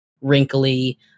wrinkly